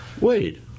Wait